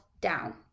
down